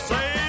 Say